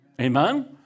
Amen